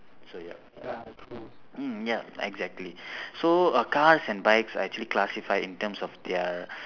so yup mm yup exactly so uh cars and bikes are actually classified in terms of their